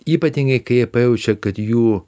ypatingai kai jie pajaučia kad jų